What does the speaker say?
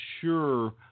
sure